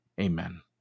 Amen